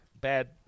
bad